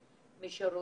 בתנאים שונים